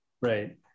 Right